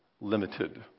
limited